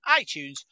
iTunes